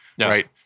Right